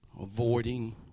avoiding